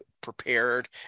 prepared